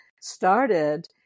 started